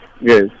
Yes